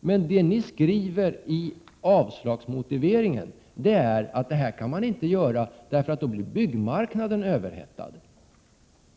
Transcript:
Men det ni skriver i er motivering för avstyrkande av vår motion är att man inte kan genomföra vårt förslag därför att byggmarknaden skulle bli överhettad.